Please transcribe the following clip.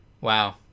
Wow